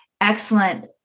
excellent